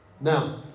Now